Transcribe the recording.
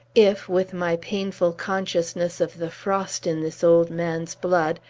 if with my painful consciousness of the frost in this old man's blood,